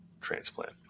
transplant